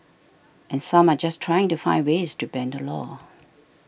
and some are just trying to find ways to bend the law